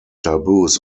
taboos